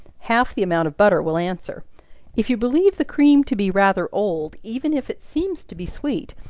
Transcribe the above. half the amount of butter will answer if you believe the cream to be rather old, even if it seems to be sweet,